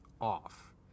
off